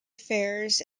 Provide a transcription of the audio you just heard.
affairs